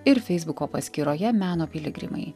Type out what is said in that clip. ir feisbuko paskyroje meno piligrimai